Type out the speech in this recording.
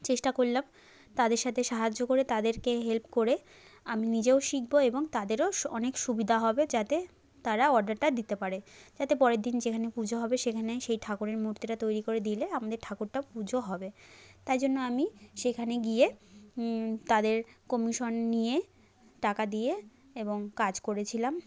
চেষ্টা করলাম তাদের সাথে সাহায্য করে তাদেরকে হেল্প করে আমি নিজেও শিখবো এবং তাদেরও সু অনেক সুবিধা হবে যাতে তারা অর্ডারটা দিতে পারে যাতে পরের দিন যেখানে পুজো হবে সেখানে সেই ঠাকুরের মূর্তিটা তৈরি করে দিলে আমাদের ঠাকুরটাও পুজো হবে তাই জন্য আমি সেখানে গিয়ে তাদের কমিশন নিয়ে টাকা দিয়ে এবং কাজ করেছিলাম